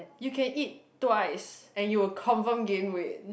you can eat twice and you will confirm gain weight